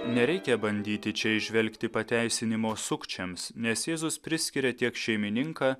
nereikia bandyti čia įžvelgti pateisinimo sukčiams nes jėzus priskiria tiek šeimininką